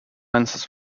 lenses